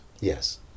Yes